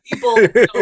People